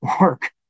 work